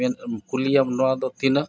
ᱢᱮᱱ ᱠᱩᱞᱤᱭ ᱭᱟᱢ ᱱᱚᱣᱟ ᱫᱚ ᱛᱤᱱᱟᱹᱜ